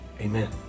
amen